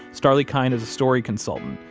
starlee kine is a story consultant.